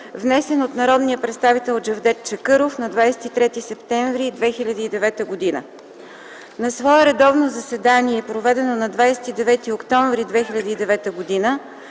внесен от народния представител Джевдет Чакъров на 23 септември 2009 г. На свое редовно заседание, проведено на 29 октомври 2009 г.,